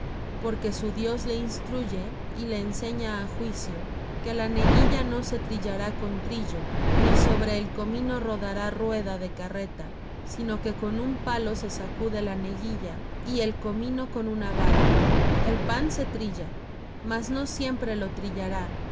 porque su dios le instruye y le enseña á juicio que la neguilla no se trillará con trillo ni sobre el comino rodará rueda de carreta sino que con un palo se sacude la neguilla y el comino con una vara el pan se trilla mas no siempre lo trillará ni